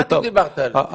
מה זה דיברת על זה?